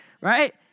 Right